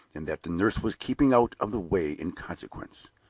and that the nurse was keeping out of the way in consequence.